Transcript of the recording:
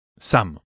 Sam